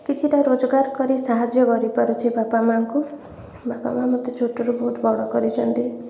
କିଛିଟା ରୋଜଗାର କରି ସାହାଯ୍ୟ କରିପାରୁଛି ବାପା ମା'ଙ୍କୁ ବାପା ମା' ମୋତେ ଛୋଟରୁ ବହୁତ ବଡ କରିଛନ୍ତି